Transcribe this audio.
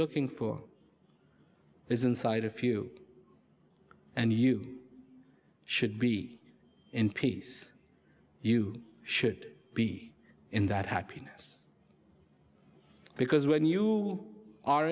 looking for is inside a few and you should be in peace you should be in that happiness because when you are